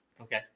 Okay